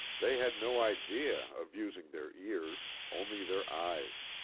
they had no idea of using their ears, only their eyes.